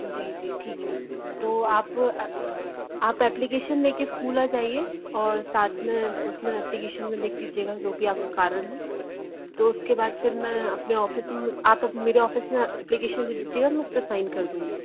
जी जी ठीक है तो आप आप एप्लिकेशन लेकर स्कूल आ जाइए और साथ में उसमें एप्लिकेशन में लिख दीजिएगा जो भी आपका कारण है तो उसके बाद फिर मैं अपने ऑफिस में आप मेरे ऑफिस में एप्लिकेशन लिख दीजिएगा मैं उस पर साइन कर दूँगी